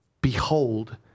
Behold